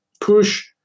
push